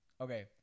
Okay